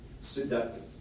seductive